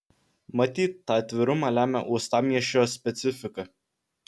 matyt tą atvirumą lemia uostamiesčio specifika